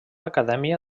acadèmia